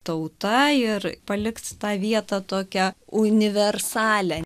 tauta ir palikti tą vietą tokią universalią